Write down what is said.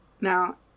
now